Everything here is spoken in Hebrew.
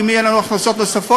אם יהיו לנו הכנסות נוספות,